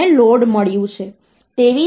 5 બનાવશે અને તે 1